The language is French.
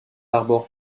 harbor